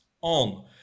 on